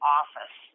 office